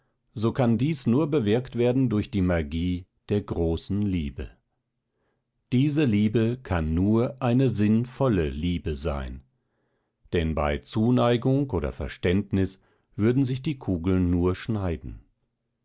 so kann dies nur bewirkt werden durch die magie der großen liebe diese liebe kann nur eine sinn volle liebe sein denn bei zuneigung oder verständnis würden sich die kugeln nur schneiden